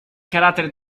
carattere